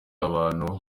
abantu